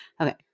Okay